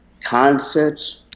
concerts